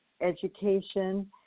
education